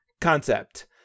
concept